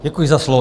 Děkuji za slovo.